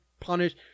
punish